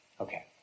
Okay